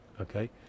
okay